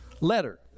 Letter